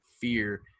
fear